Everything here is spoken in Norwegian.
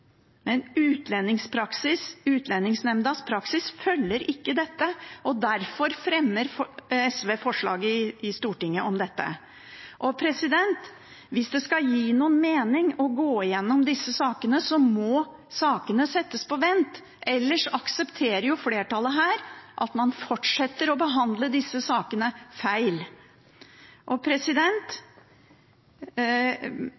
Men Utlendingsnemndas praksis følger ikke dette. Derfor fremmer SV forslag i Stortinget om dette. Hvis det skal gi noen mening å gå gjennom disse sakene, må sakene settes på vent, ellers aksepterer jo flertallet her at man fortsetter å behandle disse sakene feil.